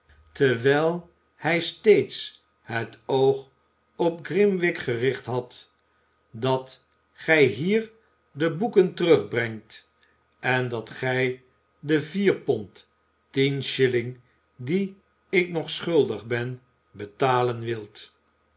terwijl hij steeds het oog op grimwig gericht had dat gij hier de boeken terugbrengt en dat gij de vier pond tien shilling die ik nog schuldig ben betalen wilt